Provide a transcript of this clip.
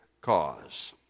cause